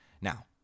Now